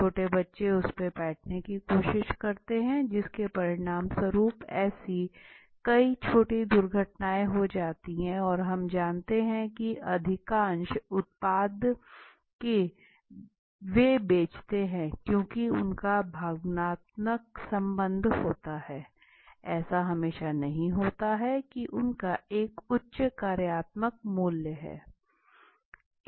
छोटे बच्चे उस पर बैठने की कोशिश करते थे जिसके परिणामस्वरूप ऐसी कई छोटी दुर्घटनाएं हों जाती थी और हम जानते ही हैं की अधिकांश उत्पाद वे बेचते हैं क्योंकि उनका भावनात्मक संबंध होता है ऐसा हमेशा नहीं होता है की उनका एक उच्च कार्यात्मक मूल्य हो